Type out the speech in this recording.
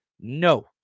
No